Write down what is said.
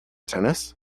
tennis